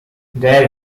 there